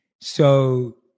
So-